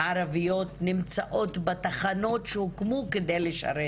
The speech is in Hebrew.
ערביות נמצאות בתחנות שהוקמו כדי לשרת